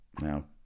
Now